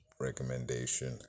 recommendation